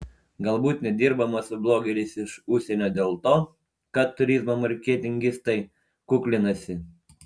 galbūt nedirbama su blogeriais iš užsienio dėl to kad turizmo marketingistai kuklinasi